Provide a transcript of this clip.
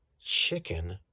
chicken